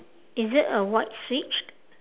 is it a white switch